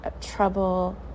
trouble